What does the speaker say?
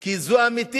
כי זה אמיתי,